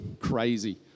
Crazy